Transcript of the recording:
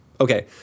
Okay